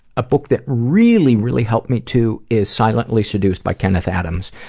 a book that really, really helped me, too, is silently seduced by kenneth adams.